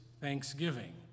Thanksgiving